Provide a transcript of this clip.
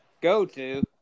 go-to